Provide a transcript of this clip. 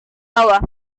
bawah